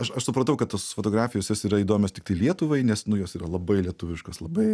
aš aš supratau kad tos fotografijos jos yra įdomios tiktai lietuvai nes nu jos yra labai lietuviškos labai